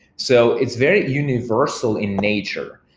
so it's very universal in nature.